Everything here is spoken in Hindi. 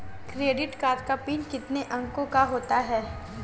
क्रेडिट कार्ड का पिन कितने अंकों का होता है?